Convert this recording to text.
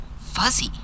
fuzzy